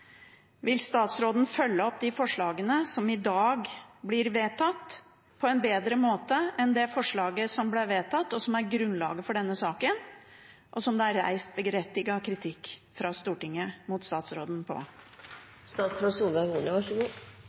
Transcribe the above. Vil statsråden følge opp de forslagene som i dag blir vedtatt, på en bedre måte enn det forslaget som ble vedtatt, som er grunnlaget for denne saken, og hvor det er reist berettiget kritikk fra Stortinget mot statsråden?